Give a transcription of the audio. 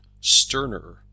sterner